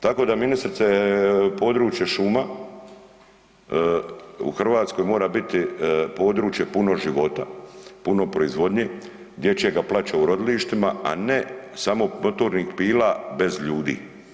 Tako da ministrice područje šuma u Hrvatskoj mora biti područje puno života, puno proizvodnje, dječjega plaća u rodilištima, a ne samo motornih pila bez ljudi.